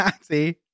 See